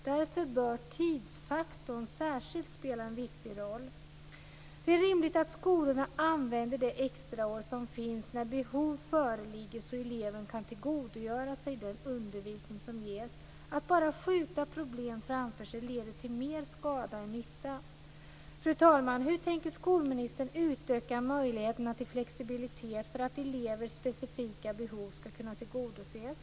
Därför bör tidsfaktorn spela en särskilt viktig roll. Det är rimligt att skolorna använder det extra år som finns när behov föreligger, så att eleven kan tillgodogöra sig den undervisning som ges. Att bara skjuta problem framför sig leder till mer skada än nytta. Fru talman! Hur tänker skolministern utöka möjligheterna till flexibilitet, så att elevers specifika behov skall kunna tillgodoses?